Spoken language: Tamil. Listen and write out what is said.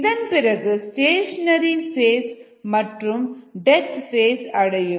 இதன்பிறகு ஸ்டேஷனரி ஃபேஸ் மற்றும் டெத் ஃபேஸ் அடையும்